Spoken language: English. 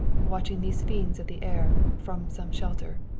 watching these fiends of the air, from some shelter.